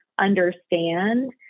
understand